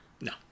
No